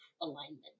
alignment